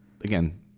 again